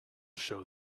show